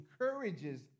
encourages